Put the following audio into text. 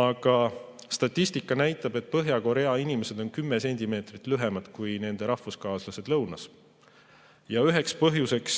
aga statistika näitab, et Põhja-Korea inimesed on kümme sentimeetrit lühemad kui nende rahvuskaaslased lõunas. Ühe põhjusena